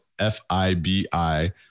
F-I-B-I